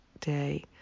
day